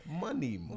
money